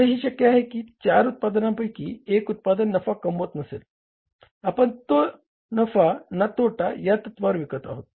असे ही शक्य आहे की चार उत्पादनांपैकी एक उत्पादन नफा कमवत नसेल आपण ते ना नफा ना तोटा या तत्वावर विकत आहोत